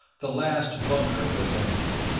the last bunker was empty.